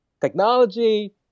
technology